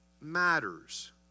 matters